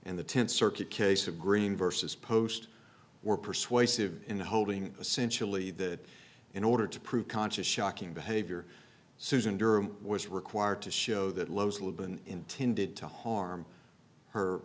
and the tenth circuit case of green versus post were persuasive in holding a sensually that in order to prove conscious shocking behavior susan durham was required to show that local been intended to harm her